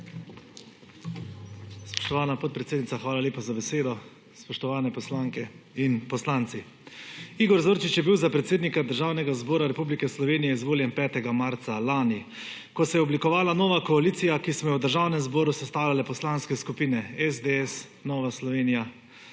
Spoštovana podpredsednica, hvala lepa za besedo. Spoštovani poslanke in poslanci! Igor Zorčič je bil za predsednika Državnega zbora Republike Slovenije izvoljen 5. marca lani, ko se je oblikovala nova koalicija, ki smo jo v Državnem zboru sestavljale poslanske skupine SDS, Nova Slovenija,